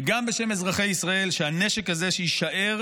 וגם בשם אזרחי ישראל: הנשק הזה, שיישאר